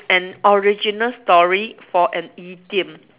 an original story for an idiom